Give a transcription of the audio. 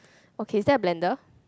okay is there a blender